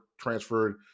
transferred